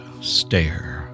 stare